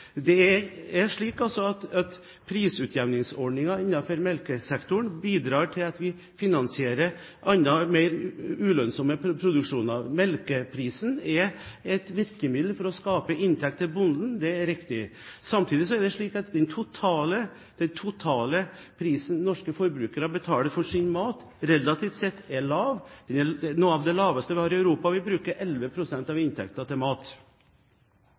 melkesektoren bidrar til at vi finansierer andre, mer ulønnsomme produksjoner. Melkeprisen er et virkemiddel for å skape inntekt til bonden – det er riktig. Samtidig er det slik at den totale prisen norske forbrukere betaler for sin mat, relativt sett er lav – noe av det laveste i Europa. Vi bruker 11 pst. av inntekten til mat.